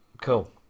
Cool